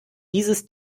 dieses